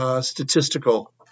statistical